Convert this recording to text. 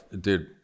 dude